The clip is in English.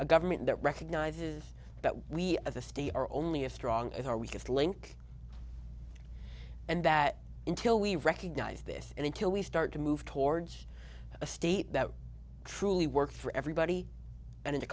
a government that recognizes that we of the state are only as strong as our weakest link and that until we recognize this and until we start to move towards a state that truly work for everybody and